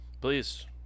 Please